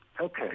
Okay